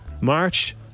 March